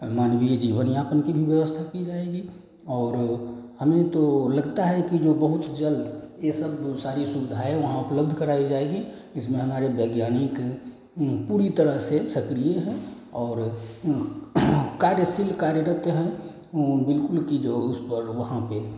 मानवीय जीवन यापन की भी व्यवस्था की जाएगी और हमें तो लगता है कि जो बहुत जल्द ये सब सारी सुविधायें वहाँ उपलब्ध कराई जायेंगी इसमें हमारे वैज्ञानिक पूरी तरह से सक्रिय हैं और कार्यशील कार्यरत हैं और बिल्कुल जो